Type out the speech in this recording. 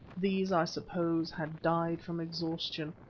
these, i suppose, had died from exhaustion,